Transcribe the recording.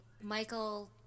Michael